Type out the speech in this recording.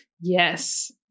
Yes